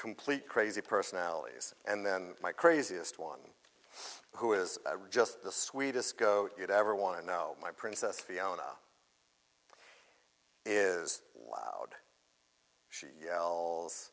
complete crazy personalities and then my craziest one who is just the sweetest goat you'd ever want to know my princess fiona is loud she yells